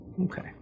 Okay